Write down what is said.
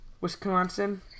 Wisconsin